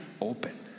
open